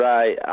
Right